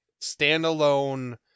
standalone